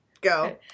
Go